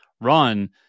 run